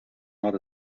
not